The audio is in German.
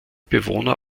bewohner